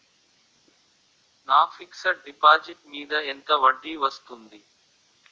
నా fixed deposit మీద ఎంత వడ్డీ వస్తుంది?